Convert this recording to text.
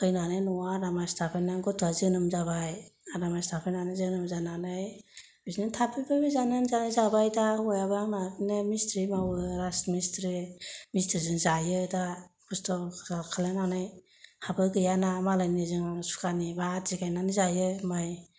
फैनानै न'आव आदा मास थाफैनानै गथ'आ जोनोम जाबाय आदा मास थाफैनानै जोनोम जानानै थाफैबाय बे जानायानो जानाय जानाय जाबाय दा हौवायाबो आंना बिदिनो मिस्ट्रि मावो राज मिस्ट्रि मावगासिनो मिस्ट्रिजों जायो ओमफ्राय दा खसथ' खालामनानै हाबो गैया ना मालायनिजों सुखानि बा आदि गायनानै जायो माइ